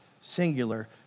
singular